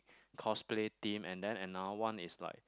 cosplay team and then another one is like